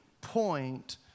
point